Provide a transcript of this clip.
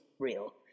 Real